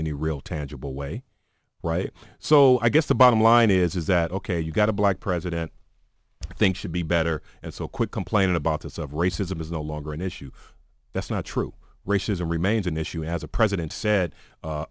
any real tangible way right so i guess the bottom line is is that ok you got a black president i think should be better and so quit complaining about us of racism is no longer an issue that's not true racism remains an issue as a president